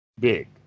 big